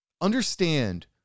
understand